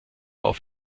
auf